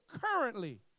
currently